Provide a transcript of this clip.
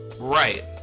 Right